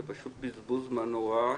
זה פשוט בזבוז זמן נורא.